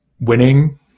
winning